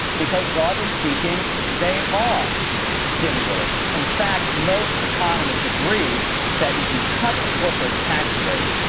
because broadly speaking, they are stimulative. in fact, most economists agree that if you cut the corporate tax rate,